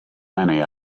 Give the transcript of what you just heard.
many